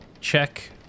check